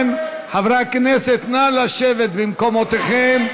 חברי הכנסת, נא לשבת במקומותיכם.